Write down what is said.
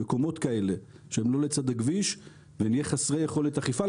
מקומות כאלה שהם לא לצד הכביש ונהיה חסרי יכולת אכיפה,